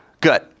Good